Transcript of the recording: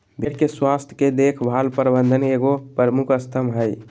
भेड़ के स्वास्थ के देख भाल प्रबंधन के एगो प्रमुख स्तम्भ हइ